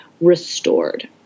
restored